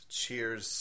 cheers